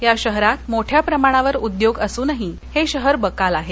या शहरात मोठ्या प्रमाणावर उद्योग असूनही हे शहर बकाल आहे